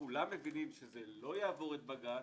שזה לא יעבור את בג"ץ,